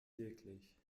wirklich